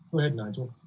ahead nigel?